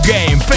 Game